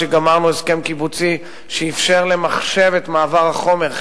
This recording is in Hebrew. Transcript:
שגמרנו את ההסכם הקיבוצי שאפשר למחשב את מעבר החומר.